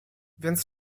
więc